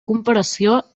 comparació